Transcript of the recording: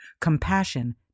compassion